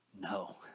No